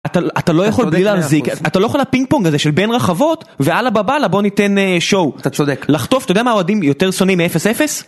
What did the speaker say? אתה לא יכול בלי להחזיק, אתה לא יכול לפינג פונג הזה של בין רחבות, ואללה בבאללה בוא ניתן שואו. אתה צודק. לחטוף, אתה יודע מה האוהדים יותר שונאים מאפס אפס?